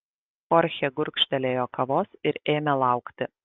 chorchė gurkštelėjo kavos ir ėmė laukti